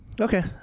Okay